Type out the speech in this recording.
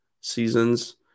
seasons